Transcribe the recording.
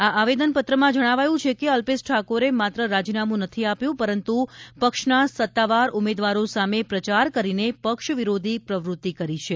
આ આવેદન પત્રમાં જણાવાયું છે કે અલ્પેશ ઠાકોરે માત્ર રાજીનામું નથી આપ્યું પરંતુ પક્ષના સત્તાવાર ઉમેદવારો સામે પ્રચાર કરીને પક્ષ વિરોધી પ્રવૃત્તિ કરી છે